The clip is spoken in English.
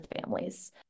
families